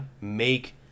make